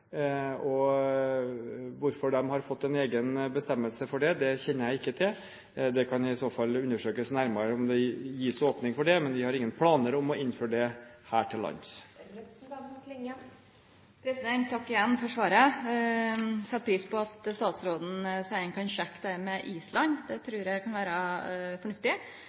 Hvorfor de har fått en egen bestemmelse for det, kjenner jeg ikke til. Det kan i så fall undersøkes nærmere om det gis åpning for dette. Men vi har ingen planer om å innføre det her til lands. Takk igjen for svaret. Eg set pris på at statsråden seier han kan sjekke det med Island. Det trur eg kan vere fornuftig.